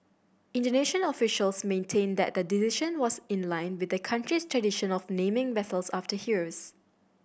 Indonesian officials maintained that the decision was in line with the country's tradition of naming vessels after heroes